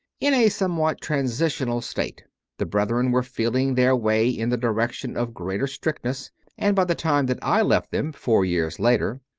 in a somewhat transitional state the brethren were feeling their way in the direction of greater strictness and by the time that i left them, four years later,